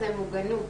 מוגנות.